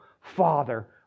Father